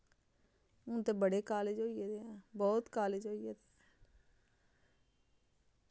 हून ते बड़े कालज होई गेदे बौह्त कालज होई गेदे